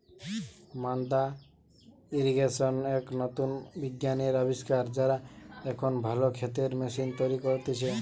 মাদ্দা ইর্রিগেশন এক নতুন বিজ্ঞানের আবিষ্কার, যারা এখন ভালো ক্ষেতের ম্যাশিন তৈরী করতিছে